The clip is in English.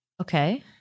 Okay